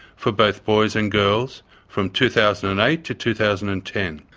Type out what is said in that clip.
for both boys and girls from two thousand and eight to two thousand and ten.